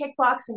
kickboxing